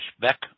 Beck